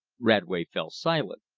radway fell silent.